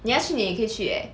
你要去你也可以去 eh